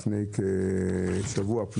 לפני כשבוע,